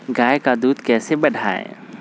गाय का दूध कैसे बढ़ाये?